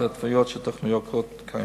והרחבת ההתוויות של טכנולוגיות קיימות.